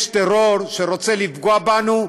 יש טרור שרוצה לפגוע בנו,